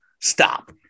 Stop